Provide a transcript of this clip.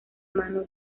mano